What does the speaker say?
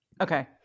Okay